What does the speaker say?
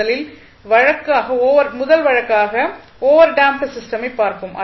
முதலில் வழக்காக over damped சிஸ்டெமை பார்ப்போம்